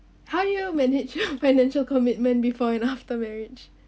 how you manage your financial commitment before and after marriage